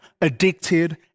addicted